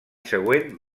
següent